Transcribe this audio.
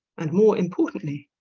and more importantly,